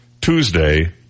Tuesday